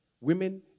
women